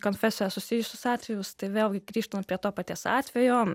konfesija susijusius atvejus tai vėlgi grįžtant prie to paties atvejo